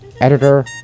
editor